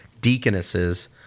deaconesses